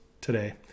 today